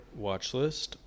Watchlist